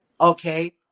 Okay